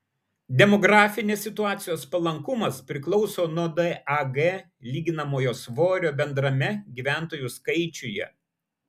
demografinės situacijos palankumas priklauso nuo dag lyginamojo svorio bendrame gyventojų skaičiuje